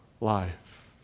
life